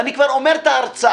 ואני כבר אומר את ההרצאה,